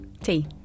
Tea